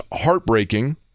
heartbreaking